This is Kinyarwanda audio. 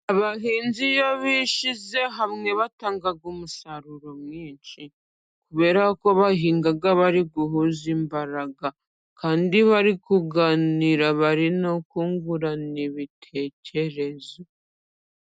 Abahinzi iyo bishyize hamwe batangaga umusaruro mwinshi kubera ko bahingaga bari guhuzamba, kandi bari kuganira bari no kungurana ibitekerezo.